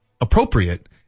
appropriate